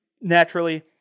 naturally